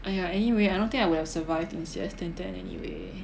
!aiya! anyway I don't think I would have survived in C_S ten ten anyway